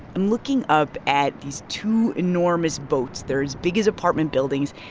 i'm looking up at these two enormous boats. there as big as apartment buildings.